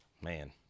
Man